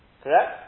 correct